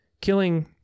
killing